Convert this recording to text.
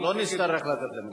לא נצטרך לצאת למלחמה.